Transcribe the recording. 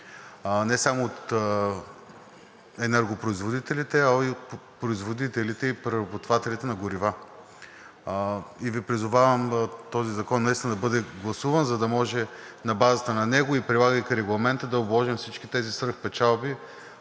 не само от енергопроизводителите, а и от производителите и преработвателите на горива. И Ви призовавам този закон наистина да бъде гласуван, за да може на базата на него и прилагайки Регламента, да обложим всички тези свръхпечалби